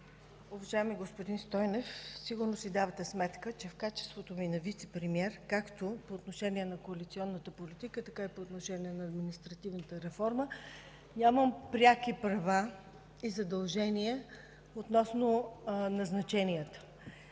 Уважаеми господин Стойнев, сигурно си давате сметка, че в качеството ми на вицепремиер както по отношение на коалиционната политика, така и по отношение на административната реформа нямам преки права и задължения относно назначенията.